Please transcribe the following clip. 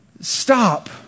stop